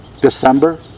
December